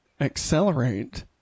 Accelerate